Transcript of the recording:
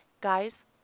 Guys